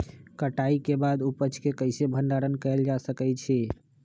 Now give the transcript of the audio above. कटाई के बाद उपज के कईसे भंडारण कएल जा सकई छी?